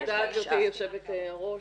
תודה, גברתי יושבת הראש.